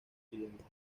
siguientes